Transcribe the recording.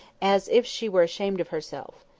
as if she were ashamed of herself.